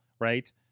Right